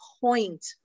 point